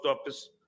office